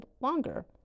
longer